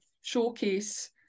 showcase